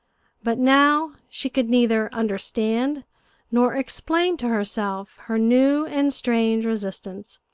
but now she could neither understand nor explain to herself her new and strange resistance.